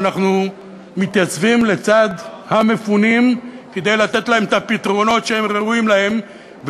אנחנו מתייצבים לצד המפונים כדי לתת להם את הפתרונות שהם ראויים להם.